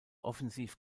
offensiv